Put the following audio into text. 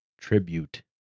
tribute